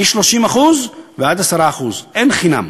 מ-30% ועד 10%. אין חינם.